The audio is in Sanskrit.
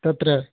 तत्र